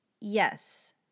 Yes